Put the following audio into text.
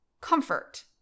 comfort